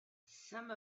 some